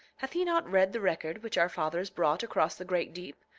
hath he not read the record which our fathers brought across the great deep?